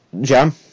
Jam